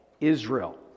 Israel